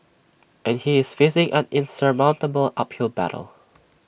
and he is facing an insurmountable uphill battle